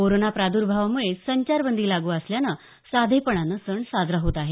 corona प्रादुर्भावामुळे संचारबंदी लागू असल्याने साधेपणानं सण साजरा होत आहे